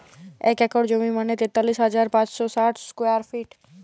এক একর জমি মানে তেতাল্লিশ হাজার পাঁচশ ষাট স্কোয়ার ফিট